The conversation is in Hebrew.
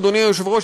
אדוני היושב-ראש,